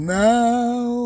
now